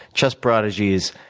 chess prodigies,